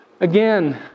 again